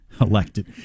elected